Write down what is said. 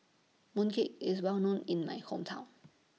Mooncake IS Well known in My Hometown